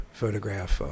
photograph